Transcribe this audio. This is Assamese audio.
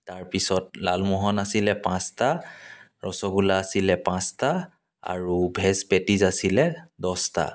তাৰপিছত লালমোহন আছিলে পাঁচটা ৰসগোল্লা আছিলে পাঁচটা আৰু ভেজ পেটিছ আছিলে দহটা